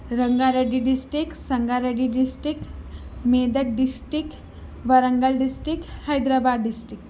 Ranga Reddy district Sanga Reddy district Medak district Warangal district Hyderabad district